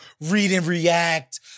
read-and-react